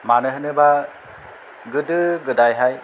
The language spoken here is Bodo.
मानो होनोब्ला गोदो गोदायहाय